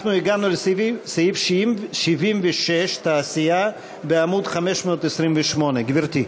אנחנו הגענו לסעיף 76, תעשייה, בעמוד 528. גברתי.